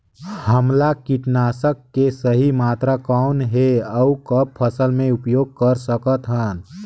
हमला कीटनाशक के सही मात्रा कौन हे अउ कब फसल मे उपयोग कर सकत हन?